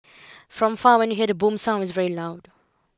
from far when you hear the boom sound it's very loud